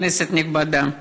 כנסת נכבדה,